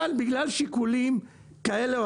אבל בגלל שיקולים כאלה,